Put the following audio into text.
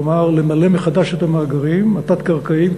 כלומר למלא מחדש את המאגרים התת-קרקעיים,